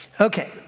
Okay